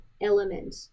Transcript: element